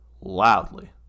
loudly